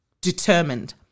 determined